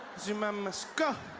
zuma must go!